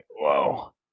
whoa